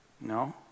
No